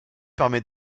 permet